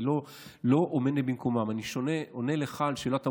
אני לא עונה במקומם, אני עונה לך על שאלת המוזרות.